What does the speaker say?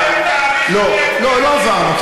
לא עברנו.